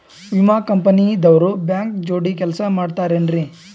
ವಿಮಾ ಕಂಪನಿ ದವ್ರು ಬ್ಯಾಂಕ ಜೋಡಿ ಕೆಲ್ಸ ಮಾಡತಾರೆನ್ರಿ?